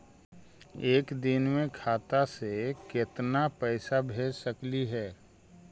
एक दिन में खाता से केतना पैसा भेज सकली हे?